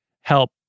help